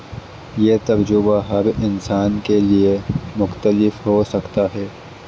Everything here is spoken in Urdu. یہ تجربہ ہر انسان کے لیے مختلف ہو سکتا ہے